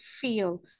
feel